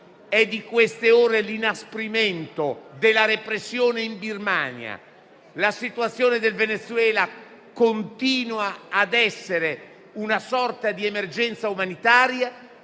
È di queste ore l'inasprimento della repressione in Birmania, la situazione del Venezuela continua ad essere una sorta di emergenza umanitaria